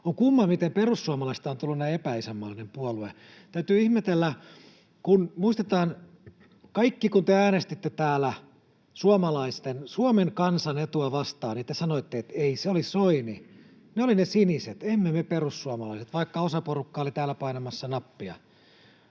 On kumma, miten perussuomalaisista on tullut näin epäisänmaallinen puolue. Täytyy ihmetellä. Muistetaan, että kaikki kun te äänestitte täällä suomalaisten, Suomen kansan, etua vastaan, niin te sanoitte, että ei, se oli Soini, ne olivat ne siniset, emme me perussuomalaiset, vaikka osa porukkaa oli täällä painamassa nappia.